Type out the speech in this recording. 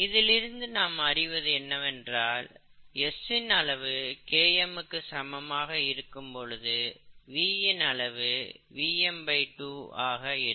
இதிலிருந்து நாம் அறிவது என்னவென்றால் S ன் அளவு Km க்கு சமமாக இருக்கும் பொழுது V ன் அளவு Vm2 ஆக இருக்கும்